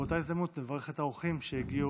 ובאותה הזדמנות נברך את האורחים שהגיעו